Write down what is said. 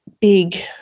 big